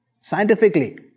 scientifically